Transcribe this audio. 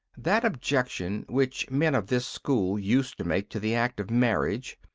that objection, which men of this school used to make to the act of marriage,